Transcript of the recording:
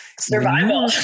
Survival